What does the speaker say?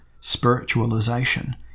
spiritualization